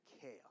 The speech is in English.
chaos